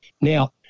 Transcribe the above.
Now